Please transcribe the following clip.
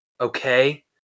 okay